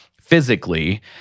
physically